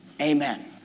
Amen